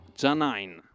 janine